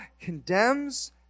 condemns